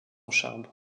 charme